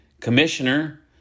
commissioner